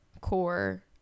core